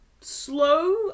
slow